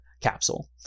capsule